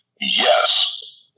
yes